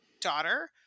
daughter